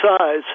size